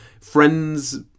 friends